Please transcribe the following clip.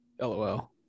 LOL